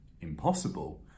impossible